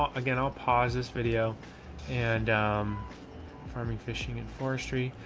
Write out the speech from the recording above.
again, i'll pause this video and i'm farming, fishing and forestry.